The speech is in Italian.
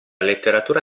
letteratura